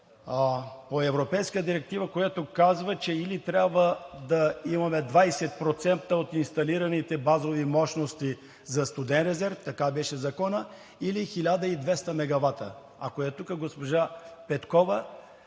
по европейска директива, която казва, че или трябва да имаме 20% от инсталираните базови мощности за студен резерв – така беше Законът, или 1200 мегавата. Ако е тук госпожа Петкова,